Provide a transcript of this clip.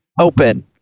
open